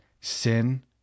sin